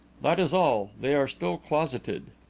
that is all they are still closeted.